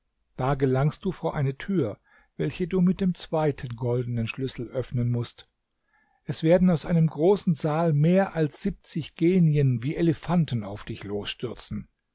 da gelangst du vor eine tür welche du mit dem zweiten goldenen schlüssel öffnen mußt es werden aus einem großen saal mehr als siebzig genien wie elefanten auf dich losstürzen